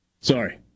Sorry